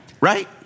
right